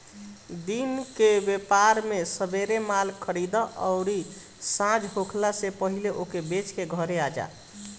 दिन कअ व्यापार में सबेरे माल खरीदअ अउरी सांझी होखला से पहिले ओके बेच के घरे आजा